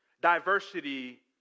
diversity